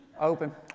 Open